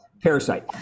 Parasite